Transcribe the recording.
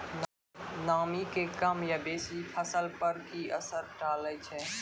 नामी के कम या बेसी फसल पर की असर डाले छै?